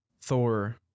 Thor